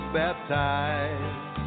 baptized